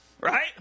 Right